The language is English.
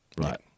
Right